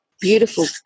beautiful